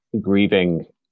grieving